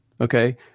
okay